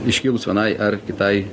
iškilus vienai ar kitai